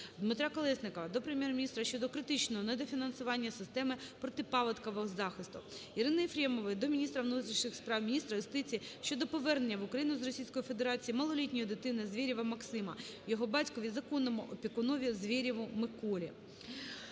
Дмитра Колєснікова до Прем'єр-міністра щодо критичного недофінансування системи протипаводкового захисту. Ірини Єфремової до міністра внутрішніх справ, міністра юстиції щодо повернення в Україну з Російської Федерації малолітньої дитини Звєрєва Максима його батькові - законному опікунові Звєрєву Миколі.